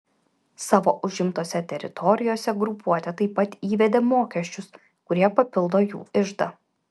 savo užimtose teritorijose grupuotė taip pat įvedė mokesčius kurie papildo jų iždą